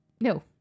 No